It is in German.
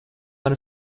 eine